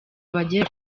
abagera